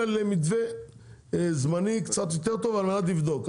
למתווה זמני קצת יותר טוב על מנת לבדוק,